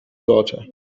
daughter